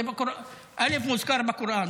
זה מוזכר בקוראן,